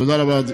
תודה רבה.